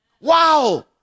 Wow